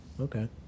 Okay